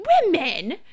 women